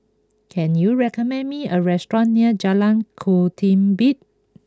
can you recommend me a restaurant near Jalan Ketumbit